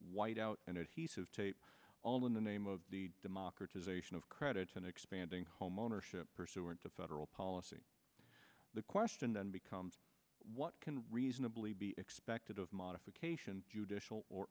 white out and as he says tape all in the name of the democratization of credit and expanding homeownership pursuant to federal policy the question then becomes what can reasonably be expected of modification judicial or